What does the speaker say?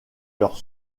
leur